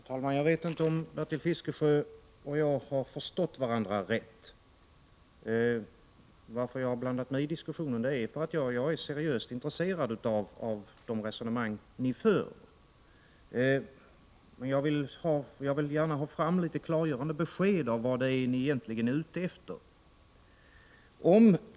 Fru talman! Jag vet inte om Bertil Fiskesjö och jag har förstått varandra rätt. Anledningen till att jag har blandat mig i diskussionen är att jag är seriöst intresserad av de resonemang ni för. Jag vill gärna få några klargörande besked om vad ni egentligen är ute efter.